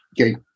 Okay